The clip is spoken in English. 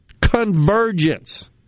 convergence